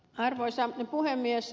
arvoisa puhemies